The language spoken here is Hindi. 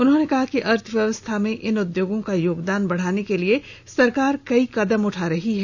उन्होंने कहा कि अर्थव्यवस्था में इन उद्योगों का योगदान बढ़ाने के लिए सरकार कई कदम उठा रही है